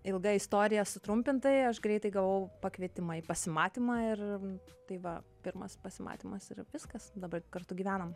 ilga istorija sutrumpintai aš greitai gavau pakvietimą į pasimatymą ir tai va pirmas pasimatymas ir viskas dabar kartu gyvenam